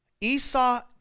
Esau